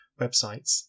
websites